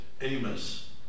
Amos